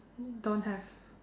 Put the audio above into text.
don't have